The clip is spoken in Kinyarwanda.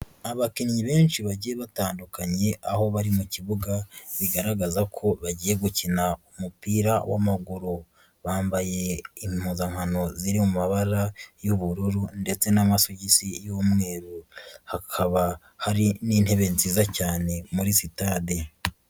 Abakinnyi benshi bagiye batandukanye aho bari mu kibuga bigaragaza ko bagiye gukina umupira w'amaguru, bambaye impuzankano ziri mu mabara y'ubururu ndetse n'amasogisi y'umweru hakaba hari n'intebe nziza cyane muri sitade.